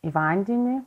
į vandenį